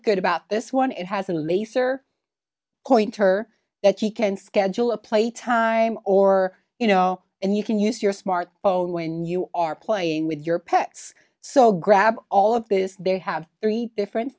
good about this one it has a laser pointer that she can schedule a play time or you know and you can use your smart phone when you are playing with your pets so grab all of this they have three different